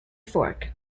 fork